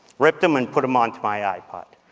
ripped them and put them onto my ipod.